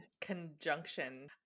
conjunction